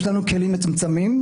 יש לנו כלים מצומצמים.